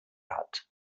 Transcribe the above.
hat